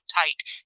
tight